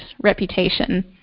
reputation